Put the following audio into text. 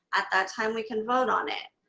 at that time we can vote on it.